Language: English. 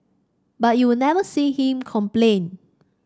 but you will never see him complain